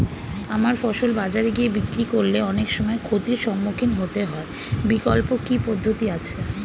আমার ফসল বাজারে গিয়ে বিক্রি করলে অনেক সময় ক্ষতির সম্মুখীন হতে হয় বিকল্প কি পদ্ধতি আছে?